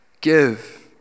give